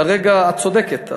כרגע, את צודקת.